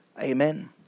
amen